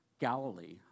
Galilee